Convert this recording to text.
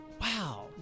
Wow